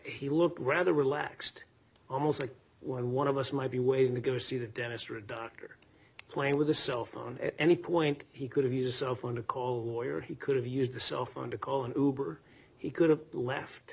he looked rather relaxed almost like one of us might be waiting to go see the dentist or a doctor playing with a cell phone at any point he could have used a cell phone to call your he could have used a cell phone to call and he could have left